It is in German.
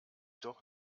doch